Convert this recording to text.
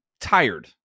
tired